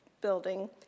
building